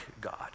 God